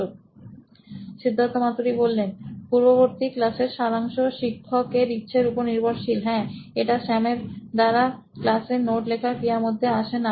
Siddharth Maturi C E O নোইন electronics পূর্ববর্তী ক্লাসের সারাংশ শিক্ষক এর ইচ্ছের উপর নির্ভ রশীল হ্যাঁ এটা স্যামের দ্বারা ক্লাসে নোটস লেখার ক্রিয়ার মধ্যে আসেনা